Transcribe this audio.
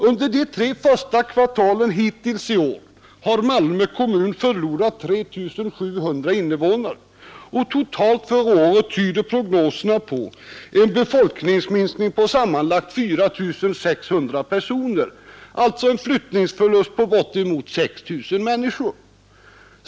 Under de tre första kvartalen i år har Malmö kommun förlorat 3 700 invånare, och totalt för året tyder prognoserna på en befolkningsminskning på 4 600 personer alltså en flyttningsförlust på bortemot 6 000 människor.